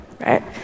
right